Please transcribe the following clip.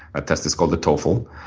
ah test is called the toefl.